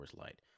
Light